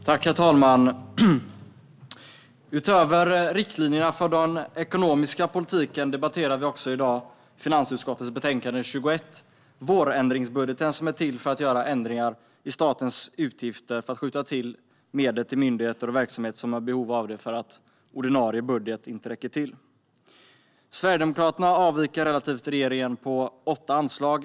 Herr talman! Utöver riktlinjerna för den ekonomiska politiken debatterar vi i dag finansutskottets betänkande 21. Det är vårändringsbudgeten, som är till för att göra ändringar i statens utgifter och skjuta till medel till myndigheter och verksamheter som har behov av det för att ordinarie budget inte räcker till. Sverigedemokraterna avviker relativt regeringen i åtta anslag.